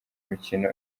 mikino